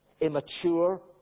immature